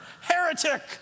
heretic